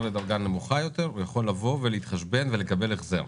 לדרגה נמוכה יותר הוא יכול לבוא להתחשבן ולקבל החזר,